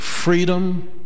Freedom